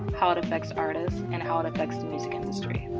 how it affects artists, and how it affects the music industry.